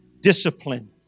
discipline